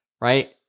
right